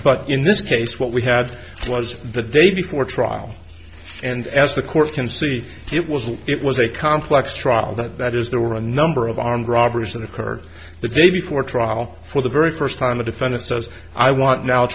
but in this case what we had was the day before trial and as the court can see it was it was a complex trial that that is there were a number of armed robberies that occurred the day before trial for the very first time the defendant says i want now